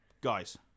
guys